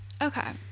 Okay